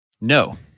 No